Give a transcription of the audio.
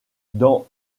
dans